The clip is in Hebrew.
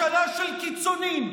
פחדנים,